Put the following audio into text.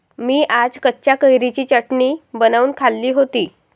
मी आज कच्च्या कैरीची चटणी बनवून खाल्ली होती